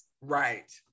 right